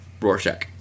Rorschach